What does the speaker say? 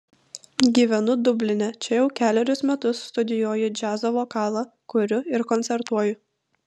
gyvenu dubline čia jau kelerius metus studijuoju džiazo vokalą kuriu ir koncertuoju